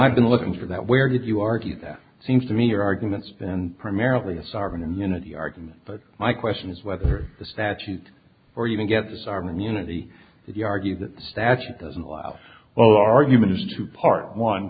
i've been looking for that where did you argue that seems to me your arguments then primarily a sovereign immunity argument but my question is whether the statute or you can get disarm immunity if you argue that the statute doesn't allow well argument as to part one